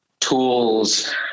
tools